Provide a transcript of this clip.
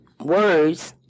words